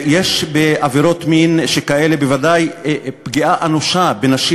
יש בעבירות מין שכאלה בוודאי פגיעה אנושה בנשים